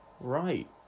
right